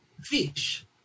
fish